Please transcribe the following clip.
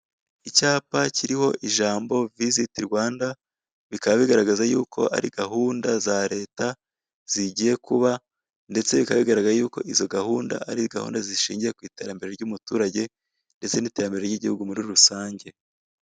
Icyapa kiriho ijambo viziti Rwanda bikaba bigaragaza yuko ari gahumda za leta zigiye kuba ndetse bikaba bigaragara yuko izo gahunda ari gahunda zishingiye ku iterambere ry'umuturage ndetse n'iterambere ry'igihugu muri rusange.